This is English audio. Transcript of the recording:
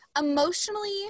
Emotionally